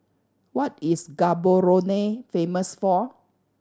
what is Gaborone famous for